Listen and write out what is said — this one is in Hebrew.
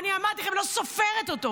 אני אמרתי להם, אני לא סופרת אותו.